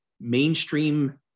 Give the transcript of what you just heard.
mainstream